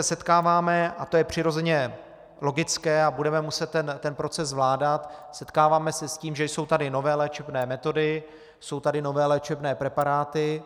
Setkáváme se, a to je přirozeně logické a budeme muset ten proces zvládat, setkáváme se s tím, že jsou tady nové léčebné metody, jsou tady nové léčebné preparáty.